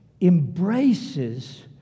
embraces